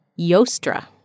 Yostra